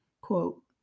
quote